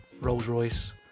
Rolls-Royce